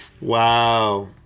wow